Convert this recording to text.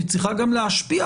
היא צריכה גם להשפיע,